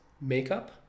makeup